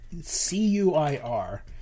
C-U-I-R